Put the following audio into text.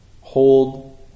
Hold